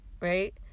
right